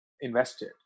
Invested